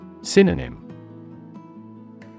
Synonym